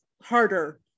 harder